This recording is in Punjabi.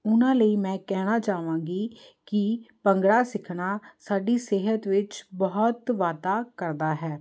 ਉਹਨਾਂ ਲਈ ਮੈਂ ਕਹਿਣਾ ਚਾਹਵਾਂਗੀ ਕਿ ਭੰਗੜਾ ਸਿੱਖਣਾ ਸਾਡੀ ਸਿਹਤ ਵਿੱਚ ਬਹੁਤ ਵਾਧਾ ਕਰਦਾ ਹੈ